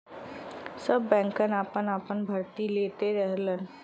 सब बैंकन आपन आपन भर्ती लेत रहलन